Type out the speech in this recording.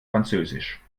französisch